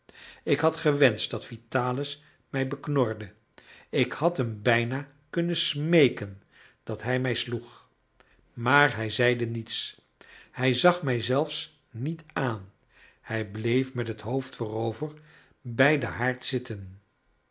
ik had gewenscht dat vitalis mij beknorde ik had hem bijna kunnen smeèken dat hij mij sloeg maar hij zeide niets hij zag mij zelfs niet aan hij bleef met het hoofd voorover bij den haard zitten